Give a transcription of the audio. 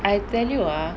I tell you ah